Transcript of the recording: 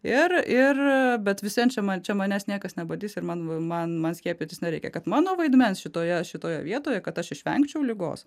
ir ir bet vis vien čia man manęs niekas nebadys ir man man man skiepytis nereikia kad mano vaidmens šitoje šitoje vietoje kad aš išvengčiau ligos